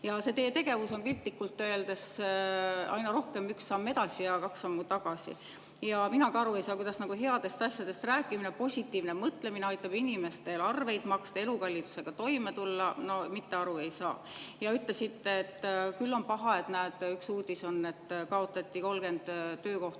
Teie tegevuses on piltlikult öeldes aina rohkem üks samm edasi ja kaks sammu tagasi. Mina ka aru ei saa, kuidas headest asjadest rääkimine, positiivne mõtlemine aitab inimestel arveid maksta ja elukallidusega toime tulla. Mitte aru ei saa. Ja te ütlesite, et küll on paha, et näed, üks uudis on, et kaotati 30 töökohta ära,